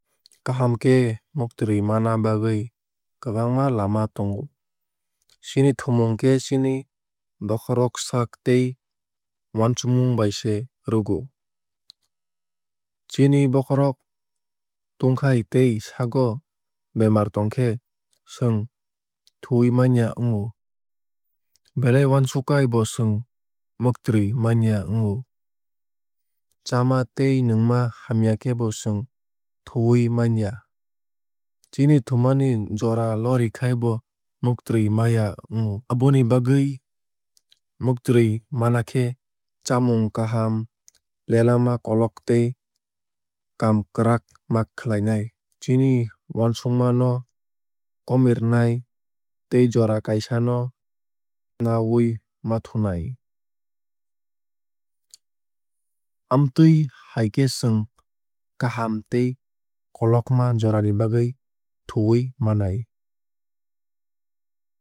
Kaham khe mutrwui manna bagwui kwbangma lama tongo. Chini thumung khe chini bokhorok saak tei uansukmung bai se rwgo. Chini bokhorok tungkhai tei sago bemar tongkhai chwng thwui manya wngo. Belai uansukkhai bo chwng muktrui manya wngo. Chama tei nwngma hamya khe bo chwng thuwui manya. Chini thumani jora lorikhai bo muktrui manya wngo. Aboni bagwui muktrui mana khe chamung kaham lelema kolog tei kaam kwrak ma khlainai. Chini uansukma no komirwnai tei jora kaisa no nawui ma thunai. Amtwui hai khe chwng kaham tei kolokma jorani bagwui thuwui manai.